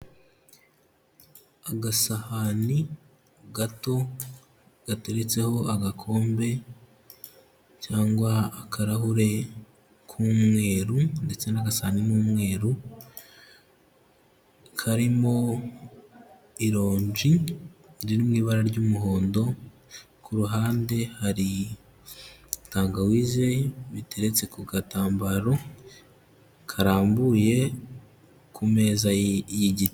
Agasahani gato gateretseho agakombe, cyangwa akarahure k'umweru ndetse n'agasani ni umweru, karimo irongi riri mu ibara ry'umuhondo, kuruhande hari tangawize biteretse ku gatambaro, karambuye ku meza y'igiti.